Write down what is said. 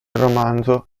romanzo